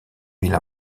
ville